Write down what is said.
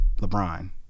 LeBron